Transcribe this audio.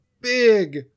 big